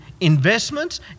investments